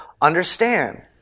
understand